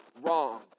wrong